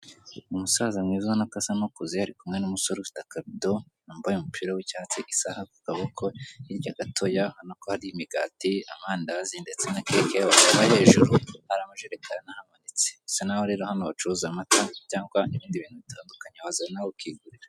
Umusaza mwiza ubona ko asa nk'ukuze, ari kumwe n'umusore ufite akadobo, wambaye umupira w'icyatsi, isaha ku kaboko. Hirya gatoya hari imigati n'amandazi ndetse na keke. Hejuru hari amajerekani ahamanitse. Bisa n'aho hano bacuruza amata cyangwa ibindi bintu bitandukanye. Wabaza nawe ukigurira.